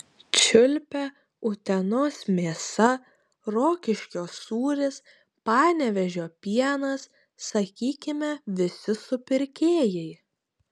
čiulpia utenos mėsa rokiškio sūris panevėžio pienas sakykime visi supirkėjai